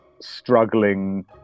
struggling